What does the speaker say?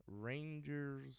Rangers